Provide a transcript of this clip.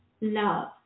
love